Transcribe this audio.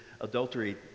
adultery